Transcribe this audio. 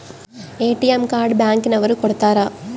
ATM card bank ನವರು ಕೊಡ್ತಾರ